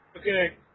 Okay